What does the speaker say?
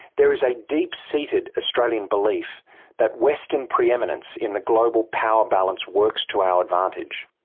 there is a deep-seated australian belief that western pre-eminence in the global power balance works to our advantage.